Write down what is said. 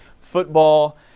football